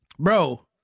Bro